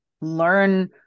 learn